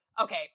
okay